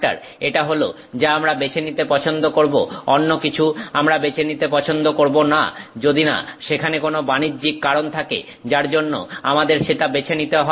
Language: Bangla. এটা হলো যা আমরা বেছে নিতে পছন্দ করব অন্য কিছু আমরা বেছে নিতে পছন্দ করব না যদি না সেখানে কোনো বাণিজ্যিক কারণ থাকে যার জন্য আমাদের সেটা বেছে নিতে হতে পারে